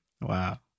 Wow